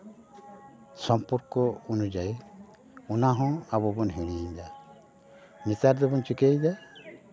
ᱥᱚᱢᱯᱚᱨᱠᱚ ᱚᱱᱩᱡᱟᱭᱤ ᱚᱱᱟᱦᱚᱸ ᱟᱵᱚ ᱵᱚᱱ ᱦᱤᱲᱤᱧ ᱮᱫᱟ ᱱᱮᱛᱟᱨ ᱫᱚᱵᱚᱱ ᱪᱤᱠᱟᱹᱭᱮᱫᱟ